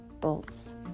Bolts